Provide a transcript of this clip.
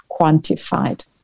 quantified